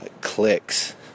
clicks